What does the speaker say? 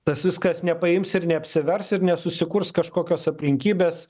tas viskas nepaims ir neapsivers ir nesusikurs kažkokios aplinkybės